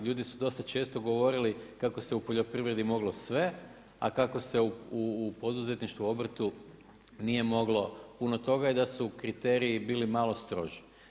Ljudi su dosta često govorili kako se u poljoprivredi moglo sve, a kako se u poduzetništvu, obrtu nije moglo puno toga i da su kriteriji bili malo stroži.